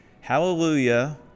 hallelujah